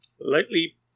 lightly